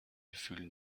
fühlen